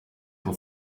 può